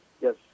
Yes